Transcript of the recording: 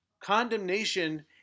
Condemnation